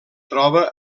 troba